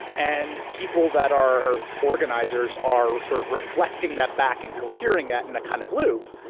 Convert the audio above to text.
and people that are organizers are sort of reflecting that back and cohering that in a kind of loop.